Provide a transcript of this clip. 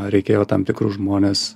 reikėjo tam tikrus žmones